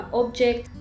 object